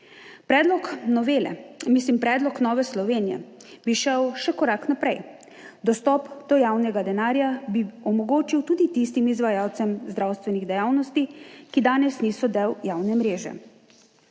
Predlog Nove Slovenije bi šel še korak naprej. Dostop do javnega denarja bi omogočil tudi tistim izvajalcem zdravstvenih dejavnosti, ki danes niso del javne mreže.